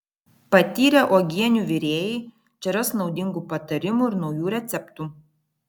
patyrę uogienių virėjai čia ras naudingų patarimų ir naujų receptų